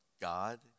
God